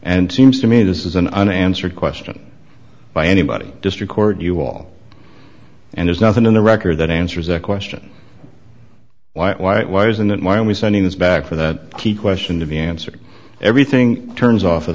and seems to me this is an unanswered question by anybody district court you all and there's nothing in the record that answers the question why why why isn't it my only sending this back for that key question to be answered everything turns off of